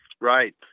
Right